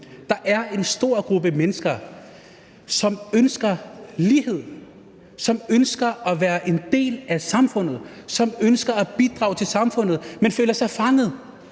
der er en stor gruppe mennesker, som ønsker lighed, som ønsker at være en del af samfundet, som ønsker at bidrage til samfundet, men som føler sig fanget